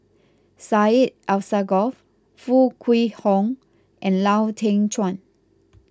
Syed Alsagoff Foo Kwee Horng and Lau Teng Chuan